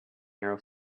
narrow